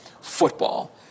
football